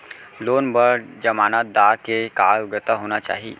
Loan बर जमानतदार के का योग्यता होना चाही?